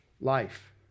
life